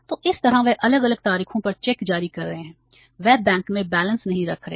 तो इस तरह वे अलग अलग तारीखों पर चेक जारी कर रहे हैं वे बैंक में बैलेंस नहीं रख रहे हैं